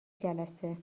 جلسه